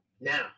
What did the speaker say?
Now